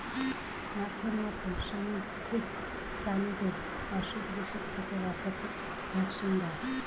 মাছের মত সামুদ্রিক প্রাণীদের অসুখ বিসুখ থেকে বাঁচাতে ভ্যাকসিন দেয়